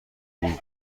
بور